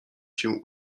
się